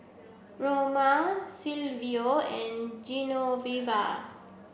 Roma Silvio and Genoveva